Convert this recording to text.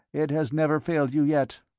it has never failed you yet.